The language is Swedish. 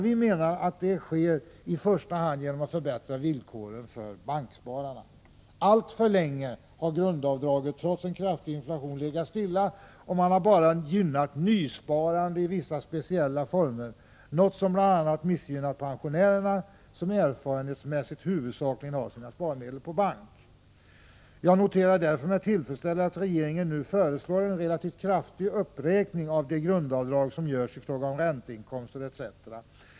Vi menar att det i första hand kan ske genom att man förbättrar villkoren för bankspararna. Alltför länge har grundavdraget, trots en kraftig inflation, legat stilla. Man har bara gynnat nysparande i vissa speciella former, något som bl.a. missgynnat pensionärerna, som erfarenhetsmässigt huvudsakligen har sina sparmedel på bank. Jag noterar därför med tillfredsställelse att regeringen nu föreslår en relativt kraftig uppräkning av det grundavdrag som görs vid ränteinkomster m.m.